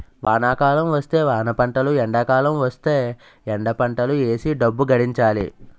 వానాకాలం వస్తే వానపంటలు ఎండాకాలం వస్తేయ్ ఎండపంటలు ఏసీ డబ్బు గడించాలి